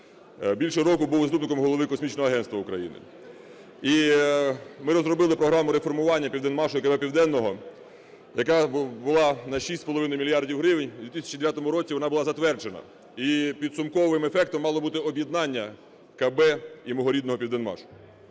більше року був заступником голови космічного агентства України. І ми розробили програму реформування "Південмашу" і КБ "Південного", яка була на 6,5 мільярдів гривень, в 2009 році вона була затверджена. І підсумковим ефектом мало бути об'єднання КБ і мого рідного "Південмашу".